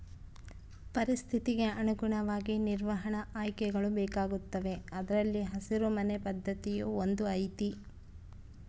ಪರಿಸ್ಥಿತಿಗೆ ಅನುಗುಣವಾಗಿ ನಿರ್ವಹಣಾ ಆಯ್ಕೆಗಳು ಬೇಕಾಗುತ್ತವೆ ಅದರಲ್ಲಿ ಹಸಿರು ಮನೆ ಪದ್ಧತಿಯೂ ಒಂದು ಐತಿ